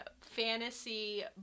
fantasy